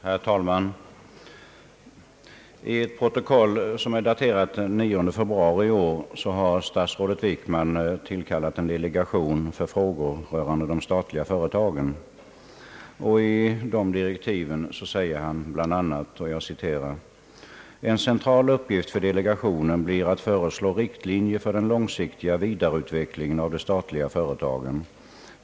Herr talman! Enligt ett protokoll daterat den 9 februari i år har statsrådet Wickman tillkallat en delegation för frågor rörande de statliga företagen. I direktiven sägs bl.a.: »En central uppgift för delegationen blir att föreslå riktlinjer för den långsiktiga vidareutvecklingen av de statliga företagen.